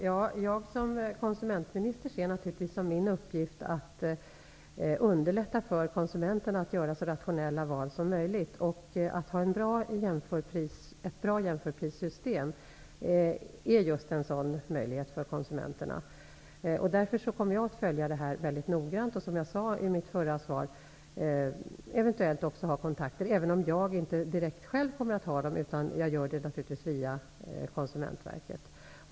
Herr talman! Som konsumentminister ser jag det naturligtvis som min uppgift att underlätta för konsumenterna att göra så rationella val som möjligt. Ett bra system för att göra prisjämförelser utgör just en sådan möjlighet för konsumenterna. Jag kommer därför att följa frågan noggrant. Jag kommer också att eventuellt ha vissa kontakter, även om jag inte direkt själv kommer att utöva dem utan i stället går via Konsumentverket.